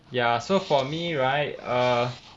ya so for me right err